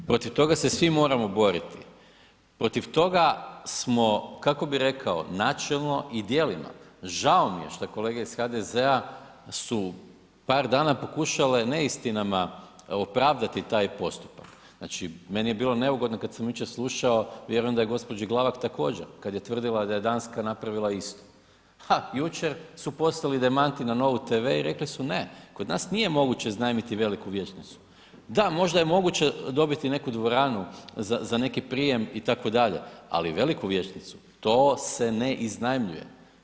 Protiv toga se svi moramo boriti protiv toga smo, kako bi rekao načelno i djelima, žao mi je što je kolege iz HDZ-a su par dana pokušale neistinama opravdati taj postupak, znači meni je bilo neugodno kad sam jučer slušao, vjerujem da je gđi. Glavak također, kad je tvrdila da je Danska napravila isto, ha jučer su poslali demanti na Novu TV i rekli su ne, kod nas nije moguće iznajmiti veliku vijećnicu, da možda je moguće dobiti neku dvoranu za, za neki prijem itd., ali veliku vijećnicu, to se ne iznajmljuje.